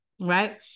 right